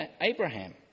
Abraham